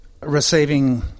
receiving